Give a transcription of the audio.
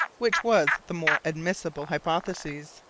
which was the more admissible hypothesis?